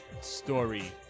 story